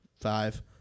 five